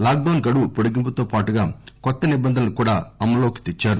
lock డౌస్ గడువు పొడిగింపుతో పాటుగా కొత్త నిబంధనలను కూడా అమలులోకి తెచ్చారు